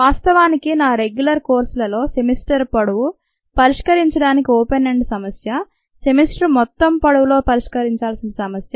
వాస్తవానికి నా రెగ్యులర్ కోర్సులలో సెమిస్టర్ పొడవు పరిష్కరించడానికి ఓపెన్ ఎండ్ సమస్య సెమిస్టర్ మొత్తం పొడవులో పరిష్కరించాల్సిన సమస్య